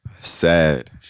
Sad